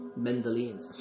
Mendelians